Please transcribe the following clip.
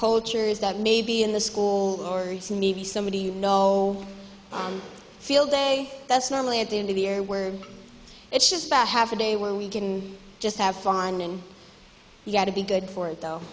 cultures that maybe in the school or maybe somebody you know field day that's normally at the end of the year where it's just about half a day where we can just have fun and you got to be good for it though